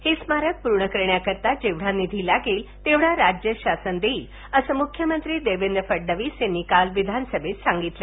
हे स्मारक पूर्ण करण्याकरिता जेवढा निधी लागेलतेवढा राज्य शासन देईल असे मुख्यमंत्री देवेंद्र फडणवीस यांनी काल विधानसभेत सांगितले